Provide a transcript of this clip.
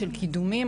של קידומים.